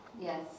Yes